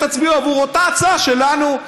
ואתם לא תצביעו עבור אותה הצעה שלנו.